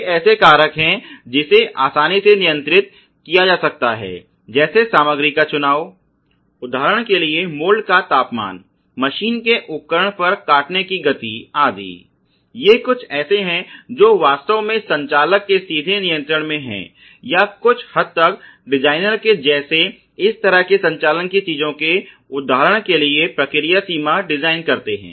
वे ऐसे कारक हैं जिन्हें आसानी से नियंत्रित किया जा सकता है जैसे सामग्री का चुनाव उदाहरण के लिए मोल्ड का तापमान मशीन के उपकरण पर काटने की गति आदि ये कुछ ऐसे हैं जो वास्तव में संचालक के सीधे नियंत्रण में हैं या कुछ हद तक डिज़ाइनर के जैसे इस तरह के संचालन की चीजों के उदाहरण के लिए प्रक्रिया सीमा डिज़ाइन करते हैं